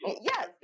Yes